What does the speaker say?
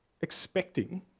expecting